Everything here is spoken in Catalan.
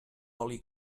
oli